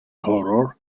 horror